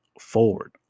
forward